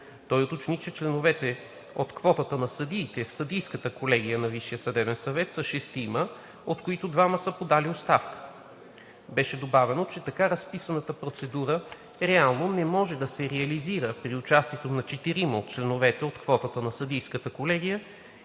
Той уточни, че членовете от квотата на съдиите в съдийската колегия на Висшия съдебен съвет са шестима, от които двама са подали оставка. Беше добавено, че така разписаната процедура реално не може да се реализира при участието на четирима от членовете от квотата на съдийската колегия